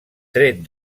tret